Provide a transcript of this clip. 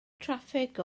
traffig